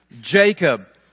Jacob